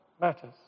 matters